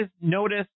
notice